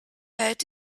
had